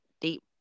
deep